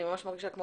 אני ממש מרגישה כמו